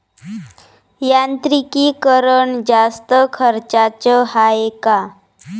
यांत्रिकीकरण जास्त खर्चाचं हाये का?